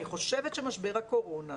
אני חושבת שמשבר הקורונה,